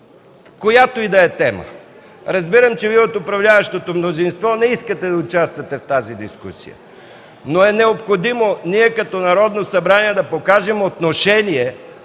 която и да е тема. Разбирам, че Вие от управляващото мнозинство не искате да участвате в тази дискусия, но е необходимо ние, като Народно събрание, да покажем отношение